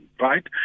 right